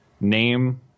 name